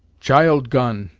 child gun,